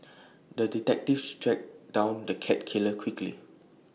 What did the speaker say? the detective tracked down the cat killer quickly